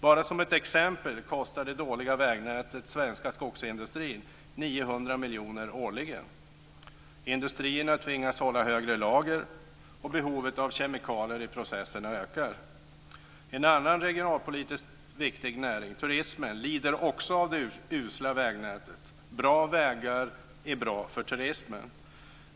Bara som exempel kostar det dåliga vägnätet svenska skogsindustrin Industrierna tvingas ha större lager, och behovet av kemikalier i processerna ökar. En annan regionalpolitiskt viktig näring, turismen, lider också av det usla vägnätet. Bra vägar är bra för turismen.